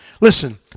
Listen